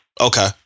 Okay